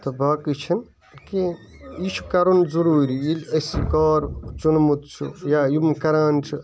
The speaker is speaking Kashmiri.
تہٕ باقٕے چھُنہٕ کیٚنٛہہ یہِ چھُ کَرُن ضروٗری ییٚلہِ أسۍ یہِ کار چُنمُت چھُ یا یِم کَران چھِ